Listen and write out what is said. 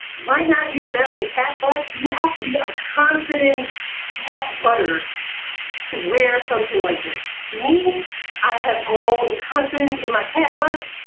might not be the best for cat, but so you have to be a confident cat butter to wear something like this me i have grown to confidence in my cat, but